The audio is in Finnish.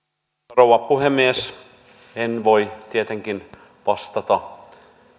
rouva puhemies en voi tietenkään vastata